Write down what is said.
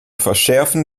verschärfen